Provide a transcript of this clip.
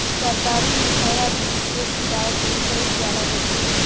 सरकारी मुहैया बीज के शिकायत दूर कईल जाला कईसे?